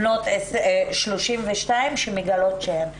בנות 32 שמגלות שהן חולות,